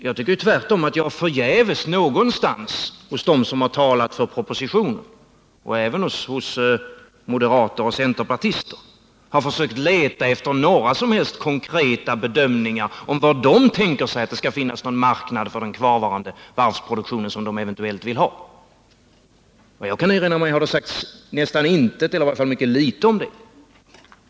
Jag tycker tvärtom att jag förgäves hos dem som talat för propositionen, och även hos moderater och centerpartister, letat efter några som helst konkreta bedömningar om var de tänker sig att det skall finnas någon marknad för den kvarvarande varvsproduktion de eventuellt vill ha. Jag kan inte hitta någonting om det.